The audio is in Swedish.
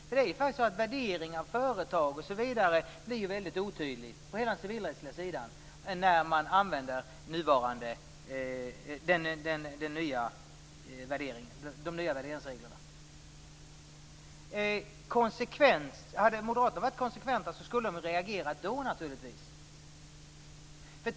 Det är ju faktiskt så att värdering av företag osv. blir väldigt otydlig på hela den civilrättsliga sidan när man använder de nya värderingsreglerna. Hade moderaterna varit konsekventa skulle de naturligtvis ha reagerat då.